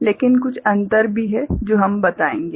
लेकिन कुछ अंतर भी है जो हम बताएंगे